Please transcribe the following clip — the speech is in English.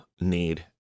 need